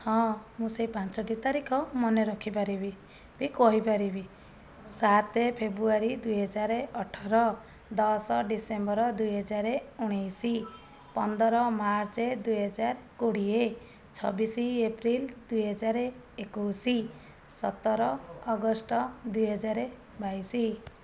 ହଁ ମୁଁ ସେଇ ପାଞ୍ଚୋଟି ତାରିଖ ମନେରଖିପାରିବି ବି କହିପାରିବି ସାତ ଫେବୃୟାରୀ ଦୁଇହଜାର ଅଠର ଦଶ ଡିସେମ୍ବର ଦୁଇହଜାର ଉଣେଇଶ ପନ୍ଦର ମାର୍ଚ୍ଚ ଦୁଇହଜାର କୋଡ଼ିଏ ଛବିଶ ଏପ୍ରିଲ ଦୁଇହଜାର ଏକୋଇଶ ସତର ଅଗଷ୍ଟ ଦୁଇହଜାର ବାଇଶ